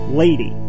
lady